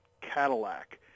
Cadillac